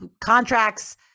contracts